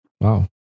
Wow